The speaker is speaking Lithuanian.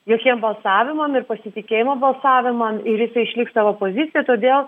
jokiem balsavimam ir nepasitikėjimo balsavimam ir jisai išliks savo pozicijoj todėl